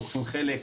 לוקחים חלק,